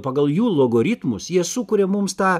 pagal jų logaritmus jie sukuria mums tą